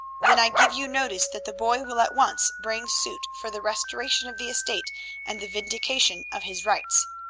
then i give you notice that the boy will at once bring suit for the restoration of the estate and the vindication of his rights.